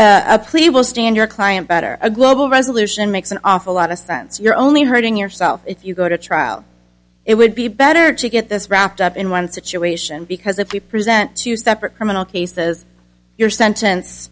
will stand your client better a global resolution makes an awful lot of sense you're only hurting yourself if you go to trial it would be better to get this wrapped up in one situation because if you present two separate criminal cases your sentence